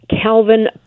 Calvin